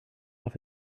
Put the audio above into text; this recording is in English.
off